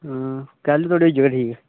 कुसले धोड़ी होई जाह्ग ठीक